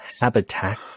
habitat